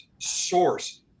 source